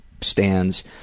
stands